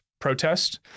protest